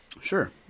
Sure